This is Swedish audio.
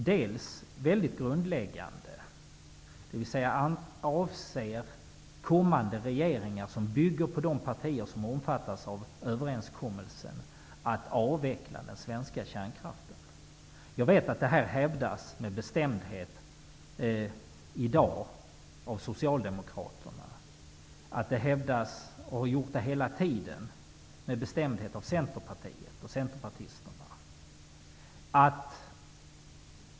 Det är fråga om väldigt grundläggande frågor, bl.a. om kommande regeringar, som bygger på de partier som omfattas av överenskommelsen, avser att avveckla den svenska kärnkraften. Jag vet att Socialdemokrater bestämt hävdar detta i dag och att Centerpartiet hela tiden med bestämdhet har hävdat detta.